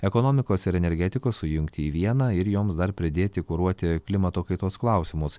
ekonomikos ir energetikos sujungti į vieną ir joms dar pridėti kuruoti klimato kaitos klausimus